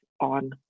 on